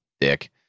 Dick